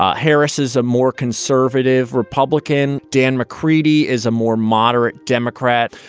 ah harris is a more conservative republican. dan mccreadie is a more moderate democrat.